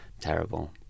terrible